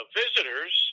visitors